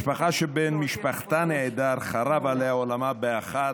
משפחה שבן משפחתה נעדר חרב עליה עולמה באחת,